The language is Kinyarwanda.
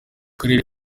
karere